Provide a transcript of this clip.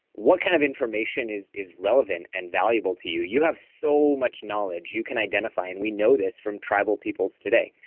what kind of information is is relevant and valuable to you? you have so much knowledge you can identify, and we know this from tribal peoples today.